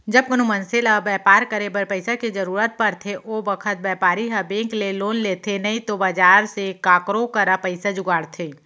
जब कोनों मनसे ल बैपार करे बर पइसा के जरूरत परथे ओ बखत बैपारी ह बेंक ले लोन लेथे नइतो बजार से काकरो करा पइसा जुगाड़थे